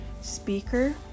speaker